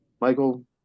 Michael